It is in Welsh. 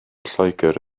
lloegr